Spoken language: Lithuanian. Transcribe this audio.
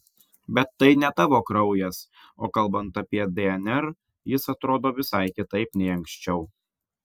bet tai ne tavo kraujas o kalbant apie dnr jis atrodo visai kitaip nei anksčiau